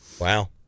Wow